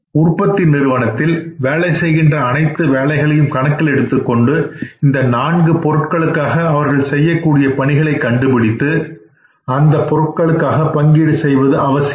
உற்பத்தி நிறுவனத்தில் வேலை செய்கின்ற அனைத்து வேலைகளையும் கணக்கிலெடுத்துக் கொண்டு இந்த நான்கு பொருட்களுக்காக அவர்கள் செய்யக்கூடிய பணிகளை கண்டுபிடித்து அந்தப் பொருளுக்காக பங்கீடு செய்ய வேண்டியது அவசியம்